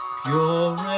pure